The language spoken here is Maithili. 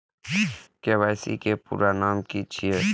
के.वाई.सी के पूरा नाम की छिय?